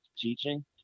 teaching